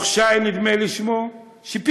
ונדמה לי ששמו ברוך שי,